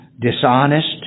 dishonest